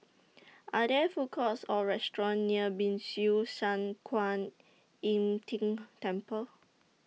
Are There Food Courts Or restaurants near Ban Siew San Kuan Im Ting Temple